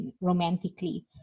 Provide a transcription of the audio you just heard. romantically